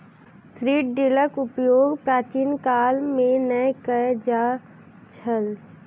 seed ड्रीलक उपयोग प्राचीन काल मे नै कय ल जाइत छल